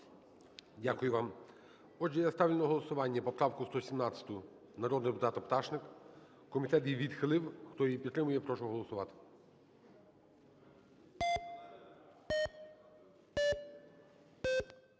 Дякую вам. Отже, я ставлю на голосування поправку 117 народного депутата Пташник. Комітет її відхилив. Хто її підтримує, прошу голосувати.